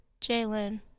Jalen